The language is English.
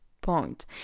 point